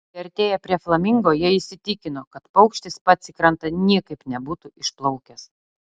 priartėję prie flamingo jie įsitikino kad paukštis pats į krantą niekaip nebūtų išplaukęs